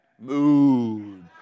mood